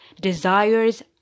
desires